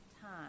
time